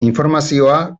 informazioa